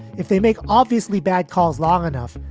if they make obviously bad calls long enough,